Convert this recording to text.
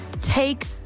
take